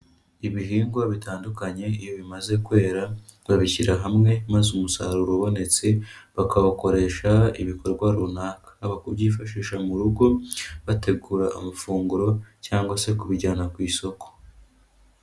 Ibihingwa bitandukanye iyo bimaze kwera, babishyira hamwe maze umusaruro ubonetse bakawukoresha ibikorwa runaka, haba kubyifashisha mu rugo bategura amafunguro cyangwa se kubijyana ku isoko.